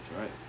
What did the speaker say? right